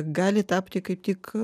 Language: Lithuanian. gali tapti kaip tik